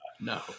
No